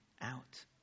out